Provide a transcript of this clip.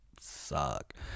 suck